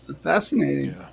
fascinating